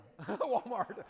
Walmart